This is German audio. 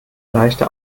leichte